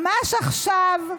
ממש עכשיו,